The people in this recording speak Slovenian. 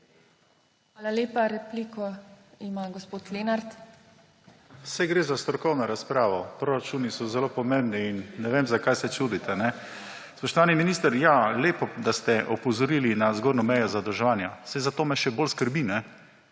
Hvala lepa. Repliko ima gospod Lenart. **JOŽE LENART (PS LMŠ):** Saj gre za strokovno razpravo. Proračuni so zelo pomembni in ne vem, zakaj se čudite. Spoštovani minister, ja, lepo, da ste opozorili na zgornjo mejo zadolževanja. Saj zato me še bolj skrbi, ker